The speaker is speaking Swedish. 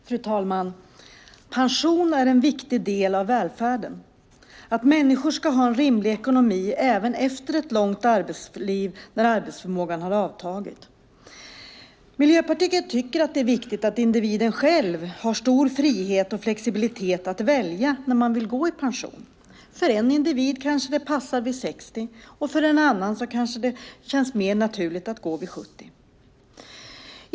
Fru talman! Pensioner är en viktig del av välfärden, att människor ska ha en rimlig ekonomi även efter ett långt arbetsliv när arbetsförmågan har avtagit. Miljöpartiet tycker att det är viktigt att individen själv har stor frihet och flexibilitet att välja när man ska gå i pension. För en individ kanske det passar vid 60, och för en annan kanske det känns mer naturligt att gå vid 70.